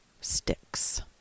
sticks